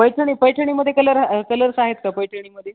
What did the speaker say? पैठणी पैठणीमध्ये colour colours आहेत का पैठणीमध्ये